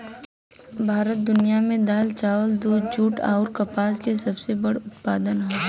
भारत दुनिया में दाल चावल दूध जूट आउर कपास के सबसे बड़ उत्पादक ह